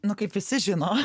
nu kaip visi žino